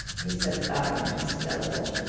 he said, bowing to mrs. delaporte,